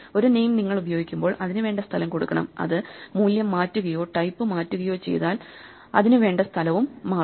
ഒരു നെയിം നിങ്ങൾ ഉപയോഗിക്കുമ്പോൾ അതിനു വേണ്ട സ്ഥലം കൊടുക്കണം അത് മൂല്യം മാറ്റുകയോ ടൈപ്പ് മാറ്റുകയോ ചെയ്താൽ അതിനു വേണ്ട സ്ഥലവും മാറും